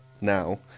now